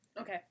Okay